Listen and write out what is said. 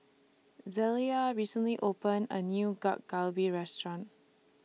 Zelia recently opened A New Gak Galbi Restaurant